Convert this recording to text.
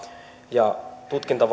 ja